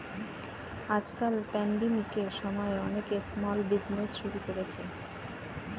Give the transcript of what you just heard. আজকাল প্যান্ডেমিকের সময়ে অনেকে স্মল বিজনেজ শুরু করেছে